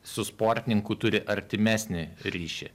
su sportininku turi artimesnį ryšį